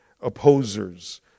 opposers